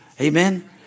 Amen